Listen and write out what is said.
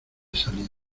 salido